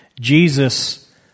Jesus